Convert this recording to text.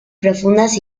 profundas